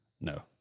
No